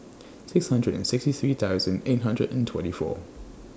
six hundred and sixty three thousand eight hundred and twenty four